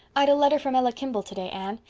i'd a letter from ella kimball today, anne,